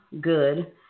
good